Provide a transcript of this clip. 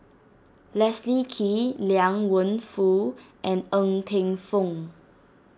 Leslie Kee Liang Wenfu and Ng Teng Fong